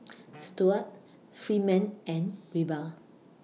Stuart Freeman and Reba